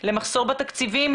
למחסור בתקציבים,